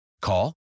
Call